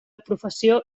professió